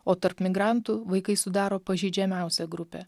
o tarp migrantų vaikai sudaro pažeidžiamiausią grupę